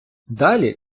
далі